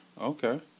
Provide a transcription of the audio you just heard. Okay